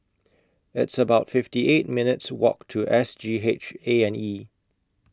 It's about fifty eight minutes' Walk to S G H A and E